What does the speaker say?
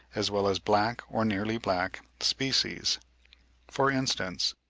as well as black, or nearly black species for instance,